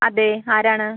അതെ ആരാണ്